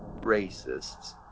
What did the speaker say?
racists